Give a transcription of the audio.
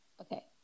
okay